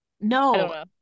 No